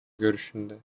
görüşünde